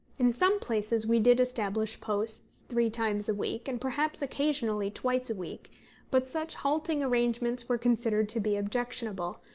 in some places we did establish posts three times a week, and perhaps occasionally twice a week but such halting arrangements were considered to be objectionable,